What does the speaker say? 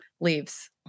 leaves